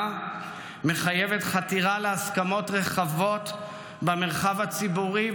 מחייבת חתירה להסכמות רחבות במרחב הציבורי,